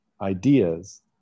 ideas